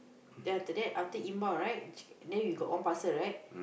then after inbound right then we got one parcel right